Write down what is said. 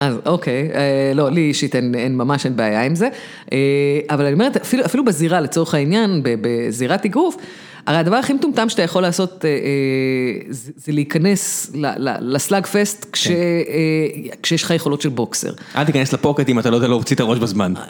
אז אוקיי, לא, לי אישית אין ממש, אין בעיה עם זה. אבל אני אומרת, אפילו בזירה לצורך העניין, בזירת אגרוף, הרי הדבר הכי מטומטם שאתה יכול לעשות זה להיכנס לסלאגפסט, כשיש לך יכולות של בוקסר. אל תיכנס לפוקט אם אתה לא יודע להוציא את הראש בזמן.